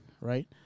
Right